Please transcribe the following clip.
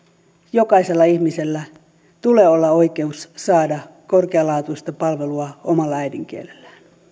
jokaisella ihmisellä tulee olla oikeus saada korkealaatuista palvelua omalla äidinkielellään